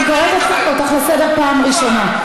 אני קוראת אותך לסדר פעם ראשונה.